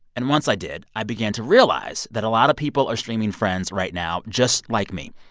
and once i did, i began to realize that a lot of people are streaming friends right now just like me.